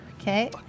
Okay